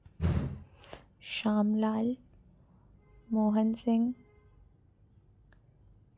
शाम लाल मोहन सिंह